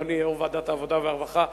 יושב-ראש ועדת העבודה והרווחה,